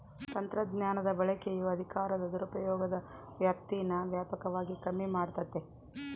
ತಂತ್ರಜ್ಞಾನದ ಬಳಕೆಯು ಅಧಿಕಾರದ ದುರುಪಯೋಗದ ವ್ಯಾಪ್ತೀನಾ ವ್ಯಾಪಕವಾಗಿ ಕಮ್ಮಿ ಮಾಡ್ತತೆ